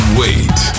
wait